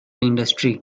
industry